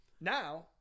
Now